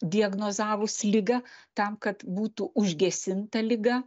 diagnozavus ligą tam kad būtų užgesinta liga